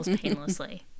painlessly